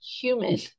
human